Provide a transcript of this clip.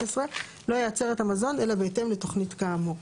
עשרה לא ייצר את המזון אלא בהתאם לתוכנית כאמור.